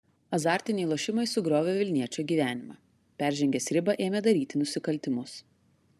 azartiniai lošimai sugriovė vilniečio gyvenimą peržengęs ribą ėmė daryti nusikaltimus